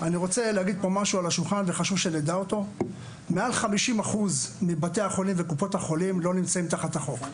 חשוב שנדע שמעל 50% מבתי החולים וקופות החולים לא נמצאים תחת החוק,